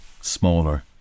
smaller